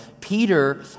Peter